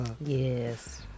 Yes